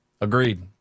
Agreed